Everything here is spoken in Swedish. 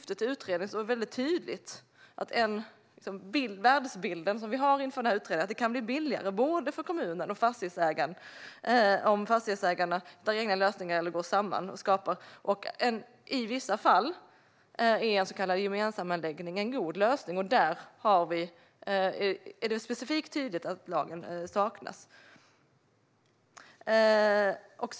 En tydlig tanke är att det kan bli billigare för både kommuner och fastighetsägare om fastighetsägarna hittar egna lösningar eller går samman. I vissa fall är en så kallad gemensamanläggning en god lösning, och här är det tydligt att det saknas lagstiftning.